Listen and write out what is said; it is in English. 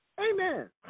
Amen